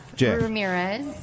Ramirez